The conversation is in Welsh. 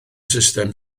sustem